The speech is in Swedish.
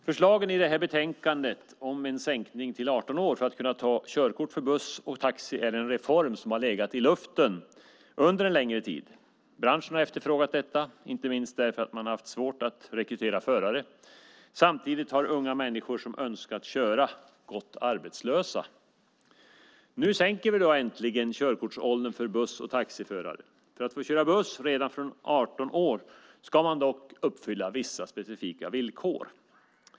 Herr talman! Förslagen i betänkandet om en sänkning till 18 år för att kunna ta körkort för buss och taxi är en reform som har legat i luften under en längre tid. Branschen har efterfrågat detta, inte minst därför att man haft svårt att rekrytera förare. Samtidigt har unga människor som önskat köra gått arbetslösa. Nu sänker vi äntligen körkortsåldern för buss och taxiförare. För att få köra buss redan från 18 år ska man dock uppfylla vissa specifika villkor.